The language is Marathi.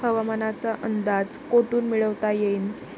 हवामानाचा अंदाज कोठून मिळवता येईन?